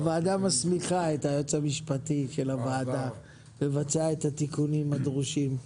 הוועדה מסמיכה את היועץ המשפטי של הוועדה לבצע את התיקונים הדרושים.